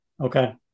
Okay